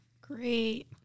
Great